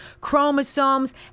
chromosomes